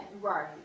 Right